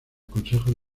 consejo